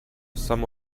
some